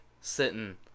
sitting